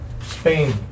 Spain